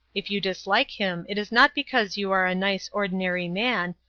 if you dislike him it is not because you are a nice ordinary man,